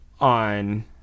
on